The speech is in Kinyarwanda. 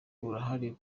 burahari